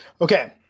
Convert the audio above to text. Okay